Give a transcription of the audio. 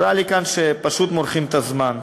נראה לי שפשוט מורחים את הזמן.